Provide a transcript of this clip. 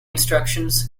instructions